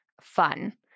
Fun